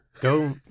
Go